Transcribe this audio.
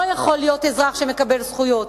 לא יכול להיות אזרח שמקבל זכויות.